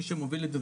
מי שמוביל את זה,